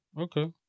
Okay